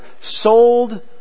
Sold